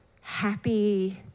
happy